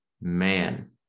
man